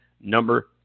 number